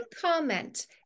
comment